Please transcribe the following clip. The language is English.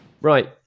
Right